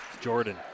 Jordan